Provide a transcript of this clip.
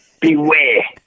Beware